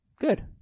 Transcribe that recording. Good